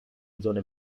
zone